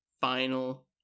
Final